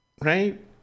right